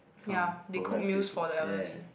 some provide free food ya ya